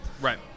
Right